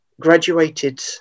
graduated